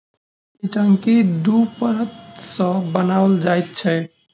ई टंकी दू परत सॅ बनाओल जाइत छै